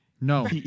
No